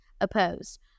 opposed